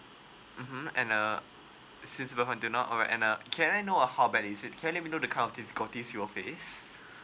mmhmm and uh since and uh can I know uh how bad is it can let me know the to your face